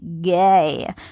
gay